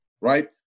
right